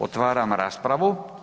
Otvaram raspravu.